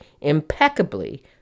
impeccably